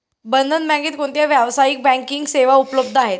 बंधन बँकेत कोणत्या व्यावसायिक बँकिंग सेवा उपलब्ध आहेत?